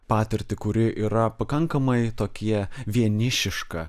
patirtį kuri yra pakankamai tokie vienišiška